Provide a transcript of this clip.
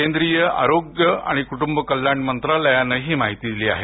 केंद्रीय आरोग्य आणि कुटुंब मंत्रालायान ही माहिती दिली आहे